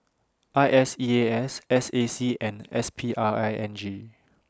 I S E A S S A C and S P R I N G